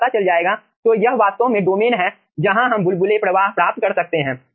तो यह वास्तव में डोमेन है जहां हम बुलबुले प्रवाह प्राप्त कर सकते हैं